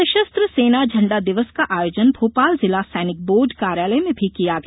सशस्त्र सेना झण्डा दिवस का आयोजन भोपाल जिला सैनिक बोर्ड कार्यालय में भी किया गया